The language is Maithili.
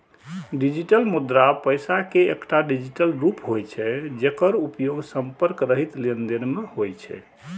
डिजिटल मुद्रा पैसा के एकटा डिजिटल रूप होइ छै, जेकर उपयोग संपर्क रहित लेनदेन मे होइ छै